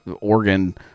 organ